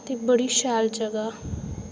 ते बड़ी शैल जगहा